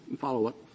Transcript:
follow-up